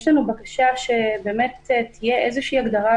יש לנו בקשה שבאמת תהיה איזושהי הגדרה